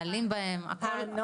הנהלים בהם, הכל?